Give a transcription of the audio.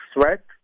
threat